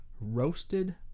roasted